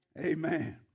Amen